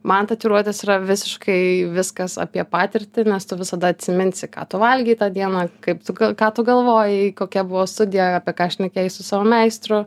man tatuiruotės yra visiškai viskas apie patirtį nes tu visada atsiminsi ką tu valgei tą dieną kaip tu ką tu galvojai kokia buvo studija apie ką šnekėjai su savo meistru